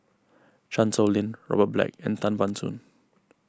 Chan Sow Lin Robert Black and Tan Ban Soon